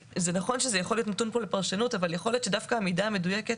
נכון שזה יכול להיות נתון לפרשנות אבל יכול להיות שדווקא המידה המדויקת